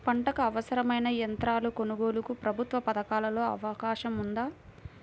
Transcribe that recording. పంటకు అవసరమైన యంత్రాల కొనగోలుకు ప్రభుత్వ పథకాలలో అవకాశం ఉందా?